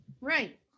Right